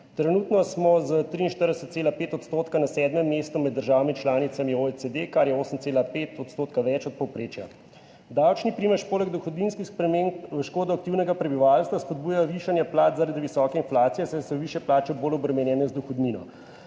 Trenutno smo s 43,5 % na sedmem mestu med državami članicami OECD, kar je 8,5 % več od povprečja. Davčni primež poleg dohodninskih sprememb v škodo aktivnega prebivalstva spodbuja višanje plač zaradi visoke inflacije, saj so višje plače bolj obremenjene z dohodnino.